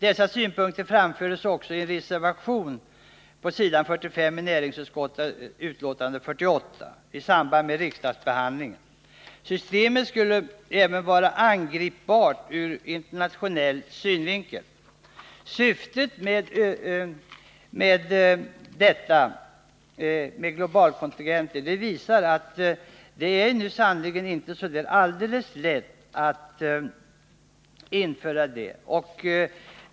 Dessa synpunkter framfördes också i samband med riksdagsbehandlingen i en reservation som återfinns på s. 45 i näringsutskottets betänkande 1978/79:48. Systemet skulle även vara angripbart ur internationell synvinkel. Det visar att det är sannerligen inte så där alldeles lätt att uppnå syftet med globalkontingenter.